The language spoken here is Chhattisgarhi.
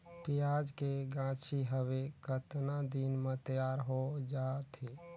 पियाज के गाछी हवे कतना दिन म तैयार हों जा थे?